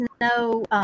no